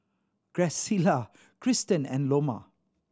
Graciela Cristen and Loma